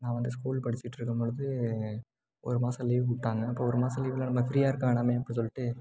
நான் வந்து ஸ்கூல் படிச்சிகிட்ருக்கும் பொழுது ஒரு மாதம் லீவ் விட்டாங்கள் அப்போ ஒரு மாதம் லீவ்ல நம்ம ஃப்ரீயாக இருக்க வேணாமேனு சொல்லிட்டு